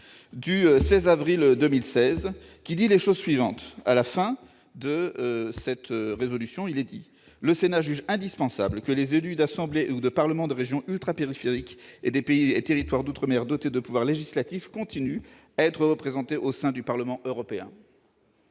du 16 avril 2016. En vertu de cette dernière, le Sénat juge « indispensable que les élus d'assemblées ou de parlements des régions ultrapériphériques et des pays et territoires d'outre-mer dotés de pouvoirs législatifs continuent à être représentés au sein du Parlement européen